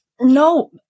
No